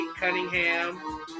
Cunningham